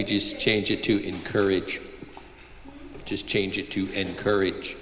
we just change it to encourage just change it to encourage